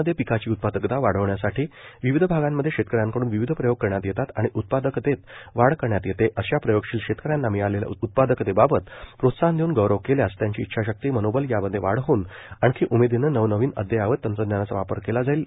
राज्यामध्ये पिकाची उत्पादकता वाढविण्यासाठी विविध भागांमध्ये शेतकऱ्यांकडून विविध प्रयोग करण्यात येतात आणि उत्पादकतेत वाढ करण्यात येते अशा प्रयोगशील शेतकऱ्यांना मिळालेल्या उत्पादकतेबाबत प्रोत्साहन देऊन गौरव केल्यास त्यांची इच्छाशक्ती मनोबल यामध्ये वाढ होऊन आणखी उमेदीनं नवनवीन अदयावत तंत्रज्ञानाचा वापर केला जाईल